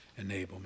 enablement